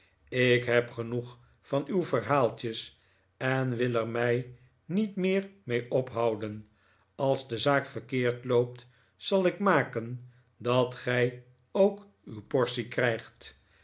ik heb genoeg van uw verhaaltjes en wil er mij niet meer mee ophouden als de zaak verkeerd loopt zal ik maken dat gij ook uw portie krijgt